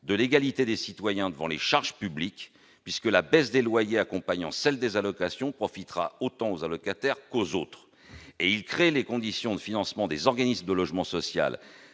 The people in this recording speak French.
de l'égalité des citoyens devant les charges publiques, puisque la baisse des loyers accompagnant celle des allocations profitera autant aux allocataires qu'aux autres. De plus, il crée des conditions de financement des organismes de logement social